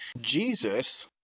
Jesus